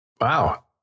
Wow